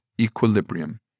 equilibrium